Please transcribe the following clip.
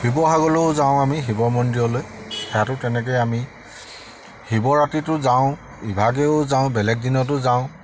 শিৱসাগৰলৈও যাওঁ আমি শিৱ মন্দিৰলৈ সেয়াতো তেনেকৈ আমি শিৱৰাতিতো যাওঁ ইভাগেও যাওঁ বেলেগ দিনতো যাওঁ